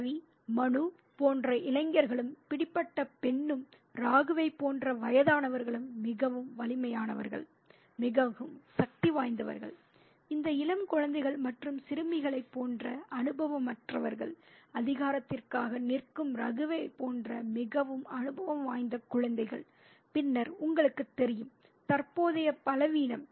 ரவி மனு போன்ற இளைஞர்களும் பிடிபட்ட பெண்ணும் ராகுவைப் போன்ற வயதானவர்களும் மிகவும் வலிமையானவர்கள் மிகவும் சக்திவாய்ந்தவர்கள் இந்த இளம் குழந்தைகள் மற்றும் சிறுமிகளைப் போன்ற அனுபவமற்றவர்கள் அதிகாரத்திற்காக நிற்கும் ரகுவைப் போன்ற மிகவும் அனுபவம் வாய்ந்த குழந்தைகள் பின்னர் உங்களுக்குத் தெரியும் தற்போதைய பலவீனம்